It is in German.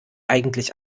eigentlich